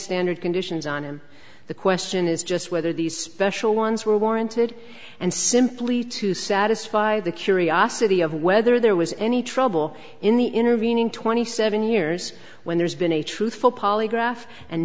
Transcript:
standard conditions on him the question is just whether these special ones were warranted and simply to satisfy the curiosity of whether there was any trouble in the intervening twenty seven years when there's been a truthful polygraph and